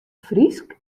frysk